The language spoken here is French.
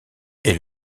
est